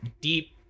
deep